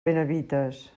benavites